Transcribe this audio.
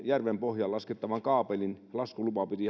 järven pohjaan laskettavan kaapelin laskulupa piti